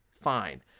fine